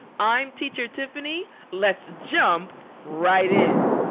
i'm teacher tiffani, let's jump right in.